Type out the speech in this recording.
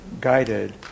guided